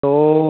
তো